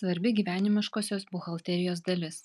svarbi gyvenimiškosios buhalterijos dalis